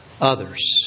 others